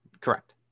correct